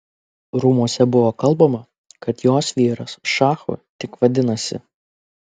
rūmuose buvo kalbama kad jos vyras šachu tik vadinasi